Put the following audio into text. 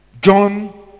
John